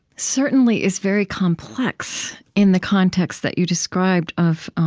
certainly, is very complex in the context that you described of